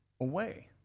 away